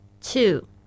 Two